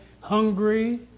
hungry